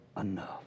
enough